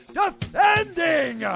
defending